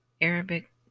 Arabic